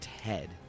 head